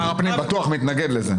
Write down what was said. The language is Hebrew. שר הפנים בטוח מתנגד לזה.